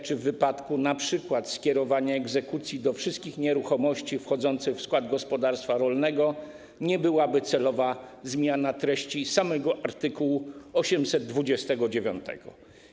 Czy w przypadku np. skierowania egzekucji do wszystkich nieruchomości wchodzących w skład gospodarstwa rolnego nie byłaby celowa zmiana treści samego art. 829?